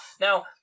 Now